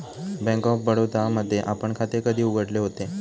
Bank of Baroda मध्ये आपण खाते कधी उघडले होते?